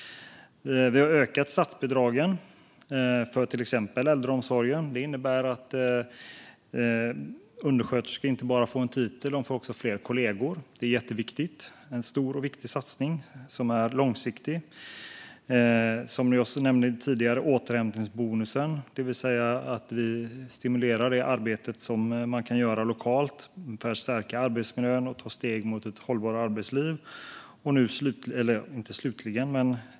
Vi har höjt statsbidragen för till exempel äldreomsorgen. Det innebär att undersköterskor inte bara får en titel utan också fler kollegor. Detta är jätteviktigt, och det rör sig om en stor och viktig satsning, som är långsiktig. Jag nämnde tidigare återhämtningsbonusen, det vill säga att vi stimulerar det arbete man kan göra lokalt för att stärka arbetsmiljön och ta steg mot ett hållbarare arbetsliv.